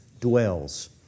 dwells